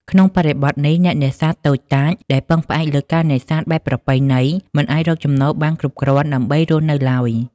ក្នុងបរិបទនេះ អ្នកនេសាទតូចតាចដែលពឹងផ្អែកលើការនេសាទបែបប្រពៃណី មិនអាចរកចំណូលបានគ្រប់គ្រាន់ដើម្បីរស់នៅឡើយ។